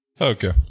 Okay